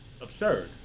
absurd